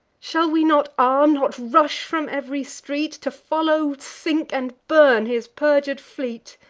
shall we not arm? not rush from ev'ry street, to follow, sink, and burn his perjur'd fleet?